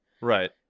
Right